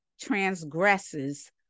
transgresses